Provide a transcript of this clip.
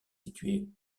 situé